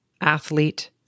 athlete